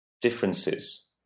differences